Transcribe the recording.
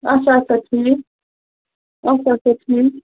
اَچھا اَچھا ٹھیٖک اَچھا اَچھا ٹھیٖک